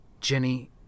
Jenny